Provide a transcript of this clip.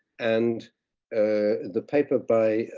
and the paper by